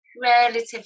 relatively